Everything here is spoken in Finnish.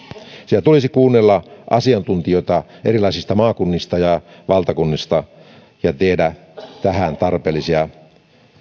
siellä tulisi kuunnella asiantuntijoita erilaisista maakunnista ja valtakunnallisesti ja tehdä tähän tarpeellisia